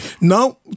No